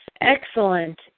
Excellent